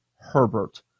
Herbert